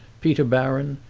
peter baron,